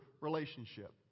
relationship